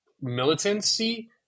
militancy